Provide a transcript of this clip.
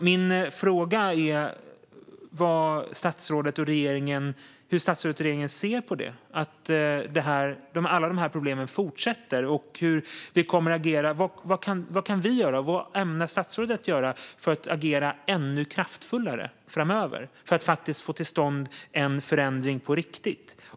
Min fråga är hur statsrådet och regeringen ser på att alla de här problemen fortsätter och hur Sverige kommer att agera. Vad kan vi göra? Vad ämnar statsrådet göra för att agera ännu kraftfullare framöver och faktiskt få till stånd en förändring på riktigt?